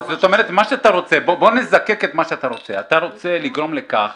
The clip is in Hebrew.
אז בוא נזקק את מה שאתה רוצה אתה רוצה לגרום לכך